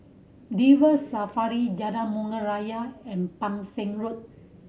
River Safari Jalan Bunga Raya and Pang Seng Road